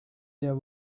there